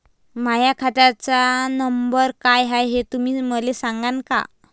माह्या खात्याचा नंबर काय हाय हे तुम्ही मले सागांन का?